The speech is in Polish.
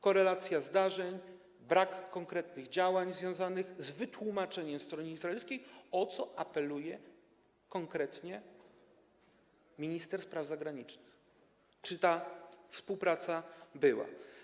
Korelacja zdarzeń, brak konkretnych działań związanych z wytłumaczeniem stronie izraelskiej, o co apeluje konkretnie minister spraw zagranicznych, czy ta współpraca była.